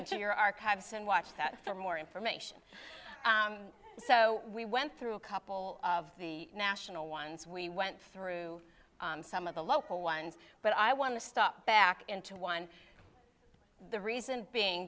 into your archives and watch that for more information so we went through a couple of the national ones we went through some of the local ones but i want to stop back into one the reason being